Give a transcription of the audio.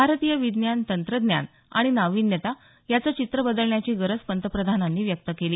भारतीय विज्ञान तंत्रज्ञान आणि नावीन्यता याचं चित्र बदलण्याची गरज पंतप्रधानांनी व्यक्त केली